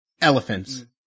Elephants